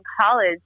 college